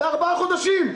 בארבעה חודשים.